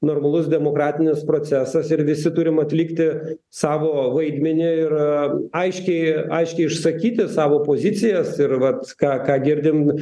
normalus demokratinis procesas ir visi turim atlikti savo vaidmenį ir aiškiai aiškiai išsakyti savo pozicijas ir vat ką ką girdim